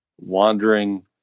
wandering